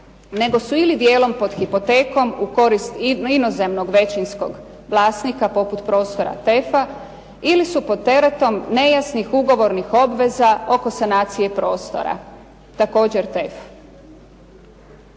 nego su ili dijelom pod hipotekom u korist inozemnog većinskog vlasnika poput prostora TEF-a ili su pod teretom nejasnih ugovornih obveza oko sanacije prostora, također TEF.